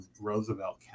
Roosevelt